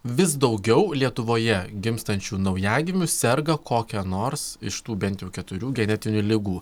vis daugiau lietuvoje gimstančių naujagimių serga kokia nors iš tų bent jau keturių genetinių ligų